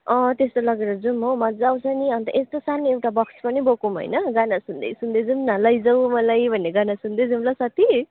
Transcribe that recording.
अँ त्यस्तो लगेर जाउँ हो मज्जा आउँछ नि अन्त यस्तो एउटा सानो बक्स पनि बोकौँ होइन गाना सुन्दै सुन्दै जुम् न लैजाऊ मलाई भन्ने गाना सुन्दै जाउँ ल साथी